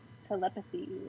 telepathy